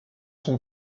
son